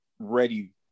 Ready